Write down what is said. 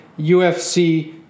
UFC